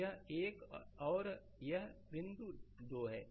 तो यह 1 है और यह बिंदु 2 है